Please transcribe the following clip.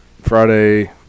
Friday